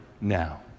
now